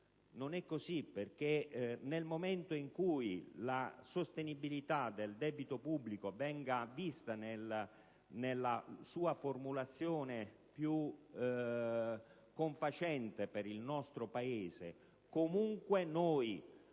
Non è così, perché, considerando la sostenibilità del debito pubblico nella sua formulazione più confacente per il nostro Paese, comunque noi,